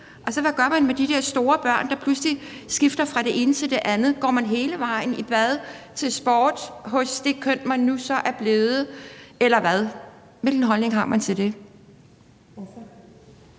Altså, hvad gør man med de der store børn, der pludselig skifter fra det ene til det andet? Går man hele vejen – i bad, til sport – hos det køn, man så nu er blevet, eller hvad? Hvilken holdning har man til det? Kl.